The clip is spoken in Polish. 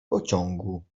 pociągu